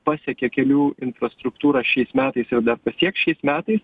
pasiekė kelių infrastruktūrą šiais metais ir dar pasieks šiais metais